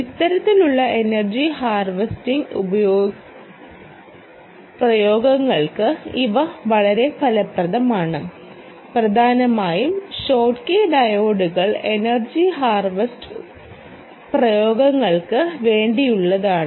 ഇത്തരത്തിലുള്ള energy harvest പ്രയോഗങ്ങൾക്ക് ഇവ വളരെ ഫലപ്രദമാണ് പ്രധാനമായും ഷോട്ട്കി ഡയോഡുകൾ എനർജി ഹാർവെസ്റ്റ് പ്രയോഗങ്ങൾക്ക് വേണ്ടിയുള്ളതാണ്